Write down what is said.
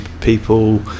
people